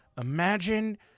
imagine